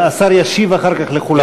השר ישיב אחר כך לכולם.